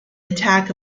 attack